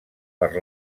per